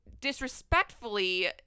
disrespectfully